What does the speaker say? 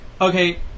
okay